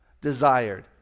desired